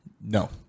No